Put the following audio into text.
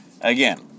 Again